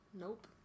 Nope